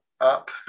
Up